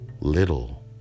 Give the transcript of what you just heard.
little